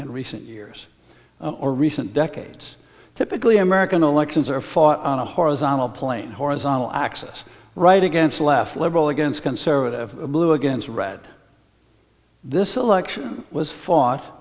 in recent years or recent decades typically american elections are fought on a horizontal plane horizontal axis right against left liberal against conservative blue against red this election was fought